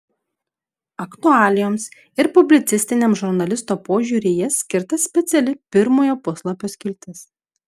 aktualijoms ir publicistiniam žurnalisto požiūriui į jas skirta speciali pirmojo puslapio skiltis